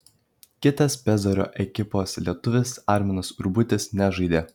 kitas pezaro ekipos lietuvis arminas urbutis nežaidė